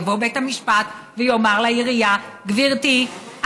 יבוא בית המשפט ויאמר לעירייה: גברתי,